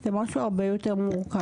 זה משהו הרבה יותר מורכב.